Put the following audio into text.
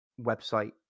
website